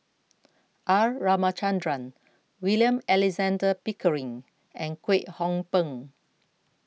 R Ramachandran William Alexander Pickering and Kwek Hong Png